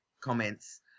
comments